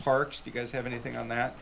parks you guys have anything on that